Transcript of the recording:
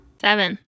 Seven